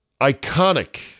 iconic